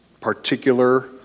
particular